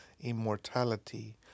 immortality